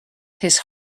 his